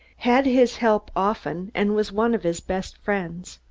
had his help often and was one of his best friends.